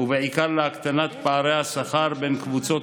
ובעיקר להקטנת פערי השכר בין קבוצות